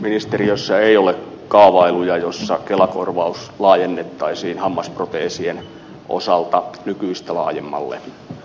ministeriössä ei ole kaavailuja joissa kelakorvaus laajennettaisiin hammasproteesien osalta nykyistä laajemmallee